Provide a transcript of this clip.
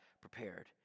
prepared